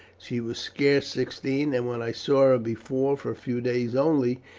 she was scarce sixteen, and when i saw her before, for a few days only,